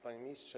Panie Ministrze!